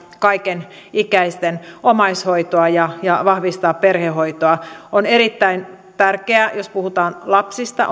kaikenikäisten omaishoitoa ja vahvistaa perhehoitoa on erittäin tärkeää on lapsen etu jos puhutaan lapsista